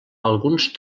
alguns